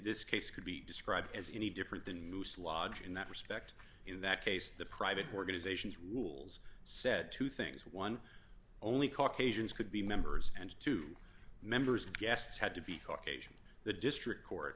this case could be described as any different than moose lodge in that respect in that case the private organizations rules said two things one only caucasians could be members and two members of guests had to be caucasian the district court